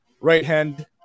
right-hand